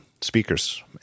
speakers